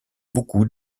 beaucoup